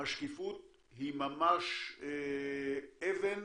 היא ממש אבן